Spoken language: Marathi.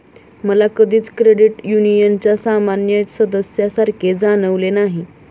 मला कधीच क्रेडिट युनियनच्या सामान्य सदस्यासारखे जाणवले नाही